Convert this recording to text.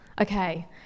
Okay